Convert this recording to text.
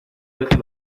dejen